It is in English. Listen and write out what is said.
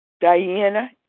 Diana